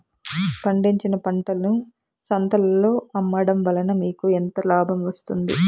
పండించిన పంటను సంతలలో అమ్మడం వలన మీకు ఎంత లాభం వస్తుంది?